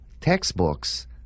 textbooks